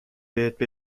بهت